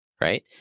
Right